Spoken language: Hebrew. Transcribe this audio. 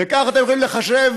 וכך אתם יכולים לחשב,